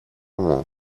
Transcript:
μου